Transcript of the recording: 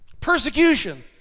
Persecution